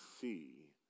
see